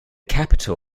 capital